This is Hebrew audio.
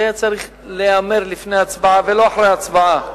זה היה צריך להיאמר לפני ההצבעה ולא אחרי ההצבעה.